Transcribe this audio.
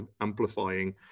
amplifying